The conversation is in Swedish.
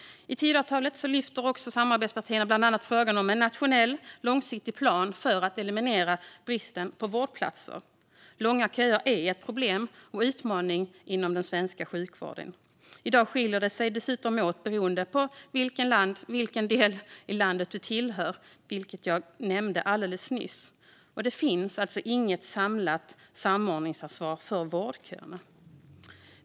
I Tidöavtalet tar samarbetspartierna bland annat upp frågan om en nationell långsiktig plan för att eliminera bristen på vårdplatser. Långa köer är ett problem och en utmaning inom den svenska sjukvården. I dag skiljer det sig dessutom åt beroende på vilken del av landet man tillhör, som jag nämnde alldeles nyss. Det finns inget samlat samordningsansvar för vårdköerna.